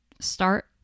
start